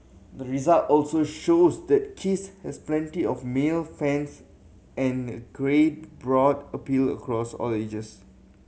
the result also shows that Kiss has plenty of male fans and a great broad appeal across all ages